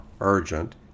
urgent